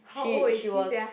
she she was